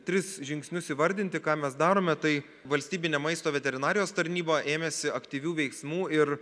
tris žingsnius įvardinti ką mes darome tai valstybinė maisto veterinarijos tarnyba ėmėsi aktyvių veiksmų ir